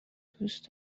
دوست